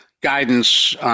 guidance